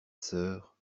sœur